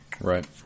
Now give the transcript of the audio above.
Right